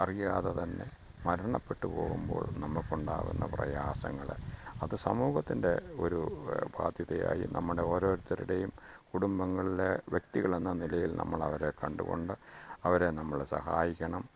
അറിയാതെ തന്നെ മരണപ്പെട്ടു പോകുമ്പോൾ നമ്മള്ക്കുണ്ടാകുന്ന പ്രയാസങ്ങള് അത് സമൂഹത്തിൻ്റെ ഒരു ബാധ്യതയായി നമ്മുടെ ഓരോരുത്തരുടെയും കുടുംബങ്ങളിലെ വ്യക്തികളെന്ന നിലയിൽ നമ്മളവരെ കണ്ടുകൊണ്ട് അവരെ നമ്മള് സഹായിക്കണം